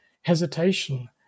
hesitation